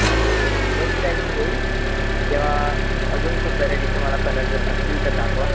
आणि next time मी येईल तेव्हा अजून खूप व्हेरायटीचे मला कलर जर असतील तर दाखवा